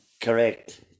Correct